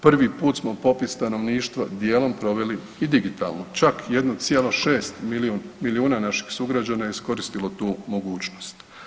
Prvi put smo popis stanovništva dijelom proveli i digitalno, čak 1,6 milijuna naših sugrađana je iskoristilo tu mogućnost.